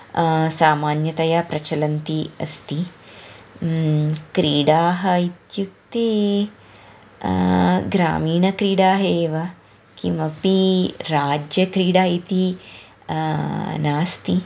सामान्यतया प्रचलन्ति अस्ति क्रीडाः इत्युक्ते ग्रामीणक्रीडाः एव किमपि राज्यक्रीडा इति नास्ति